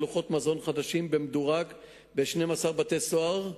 לוחות מזון חדשים במדורג ב-12 בתי-סוהר,